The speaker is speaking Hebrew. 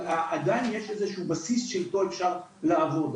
אבל עדיין יש איזה שהוא בסיס שאיתו אפשר לעבוד.